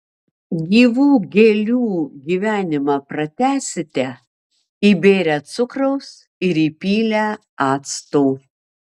gyvų gėlių gyvenimą pratęsite įbėrę cukraus ir įpylę acto